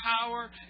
power